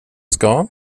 ska